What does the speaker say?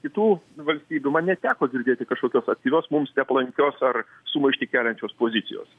kitų valstybių man neteko girdėti kažkokios aktyvios mums nepalankios ar sumaištį keliančios pozicijos